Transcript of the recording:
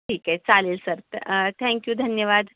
ठीक आहे चालेल सर थँक्यु धन्यवाद